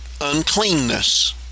uncleanness